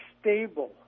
stable